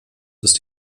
ist